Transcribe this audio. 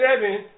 seven